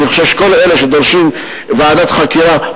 אני חושב שכל אלה שדורשים ועדת חקירה,